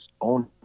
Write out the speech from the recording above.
own